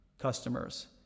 customers